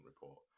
report